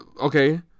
okay